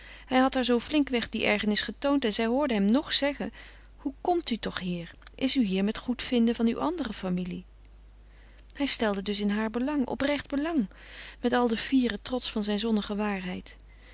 hij had haar zoo flinkweg die ergernis getoond en zij hoorde hem nog met die ontevreden stem zeggen hoe komt u toch hier is u hier met goedvinden van uw andere familie hij stelde dus in haar belang oprecht belang met al den fieren trots van zijne zonnige waarheid